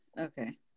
Okay